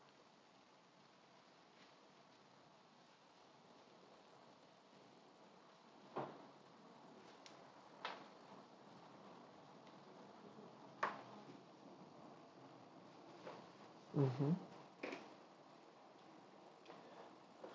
mmhmm